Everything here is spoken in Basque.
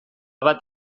bat